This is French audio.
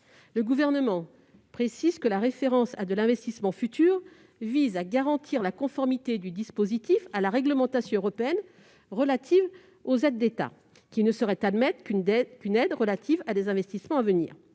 Le Gouvernement précise que la référence à des investissements futurs vise à garantir la conformité du dispositif à la réglementation européenne relative aux aides d'État, laquelle ne saurait admettre qu'une aide en vue d'investissements à venir.